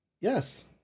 yes